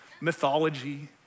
mythology